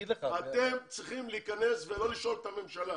אתם צריכים להיכנס ולא לשאול את הממשלה.